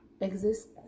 Exist